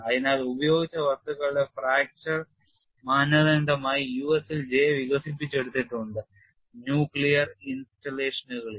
അതിനാൽ ഉപയോഗിച്ച വസ്തുക്കളുടെ ഫ്രാക്ചർ മാനദണ്ഡമായി യുഎസിൽ J വികസിപ്പിച്ചെടുത്തിട്ടുണ്ട് ന്യൂക്ലിയർ ഇൻസ്റ്റാളേഷനുകളിൽ